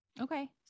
okay